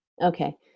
okay